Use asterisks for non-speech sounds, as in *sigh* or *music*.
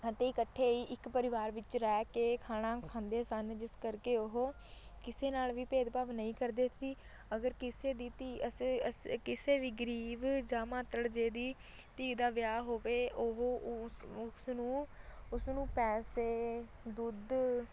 ਅਤੇ ਇਕੱਠੇ ਹੀ ਇੱਕ ਪਰਿਵਾਰ ਵਿੱਚ ਰਹਿ ਕੇ ਖਾਣਾ ਖਾਂਦੇ ਸਨ ਜਿਸ ਕਰਕੇ ਉਹ ਕਿਸੇ ਨਾਲ ਵੀ ਭੇਦਭਾਵ ਨਹੀਂ ਕਰਦੇ ਸੀ ਅਗਰ ਕਿਸੇ ਦੀ ਧੀ *unintelligible* ਕਿਸੇ ਵੀ ਗਰੀਬ ਜਾਂ ਮਾਤੜ ਜੇ ਦੀ ਧੀ ਦਾ ਵਿਆਹ ਹੋਵੇ ਉਹ ਉਸ ਉਸਨੂੰ ਉਸਨੂੰ ਪੈਸੇ ਦੁੱਧ